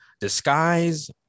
disguise